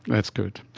that's good.